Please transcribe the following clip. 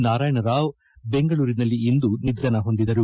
ನಾರಾಯಣರಾವ್ ಅವರು ಬೆಂಗಳೂರಿನಲ್ಲಿಂದು ನಿಧನ ಹೊಂದಿದರು